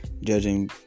judging